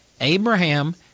Abraham